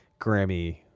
Grammy